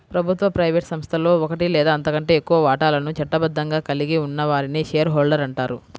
ప్రభుత్వ, ప్రైవేట్ సంస్థలో ఒకటి లేదా అంతకంటే ఎక్కువ వాటాలను చట్టబద్ధంగా కలిగి ఉన్న వారిని షేర్ హోల్డర్ అంటారు